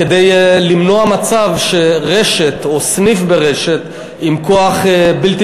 כדי למנוע מצב שרשת או סניף ברשת עם כוח בלתי